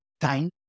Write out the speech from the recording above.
time